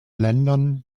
ländern